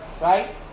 right